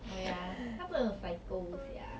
oh ya 他真的 psycho sia